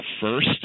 first